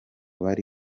bari